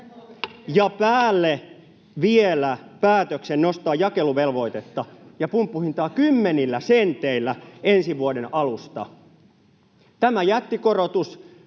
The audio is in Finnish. päälle vielä päätöksen nostaa jakeluvelvoitetta ja pumppuhintaa kymmenillä senteillä ensi vuoden alusta.